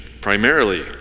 primarily